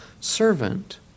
servant